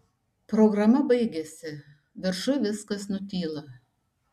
programa baigiasi viršuj viskas nutyla